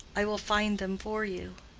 i will find them for you.